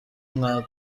nta